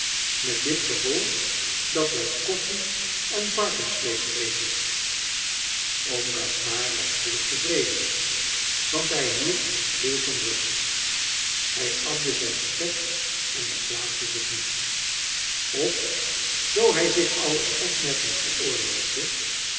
met dit gevolg dat wij koffie en varkensvleesch kregen oom gaspard was spoedig tevreden want hij hield veel van rust hij at dus zijn spek en beklaagde zich niet of zoo hij zich al een opmerking